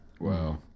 Wow